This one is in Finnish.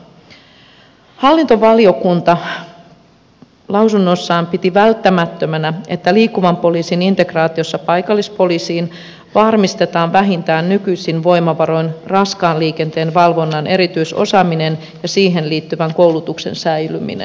hallintovaliokunta lausunnossaan piti välttämättömänä että liikkuvan poliisin integraatiossa paikallispoliisiin varmistetaan vähintään nykyisin voimavaroin raskaan liikenteen valvonnan erityisosaaminen ja siihen liittyvän koulutuksen säilyminen